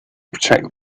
protect